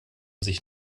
sich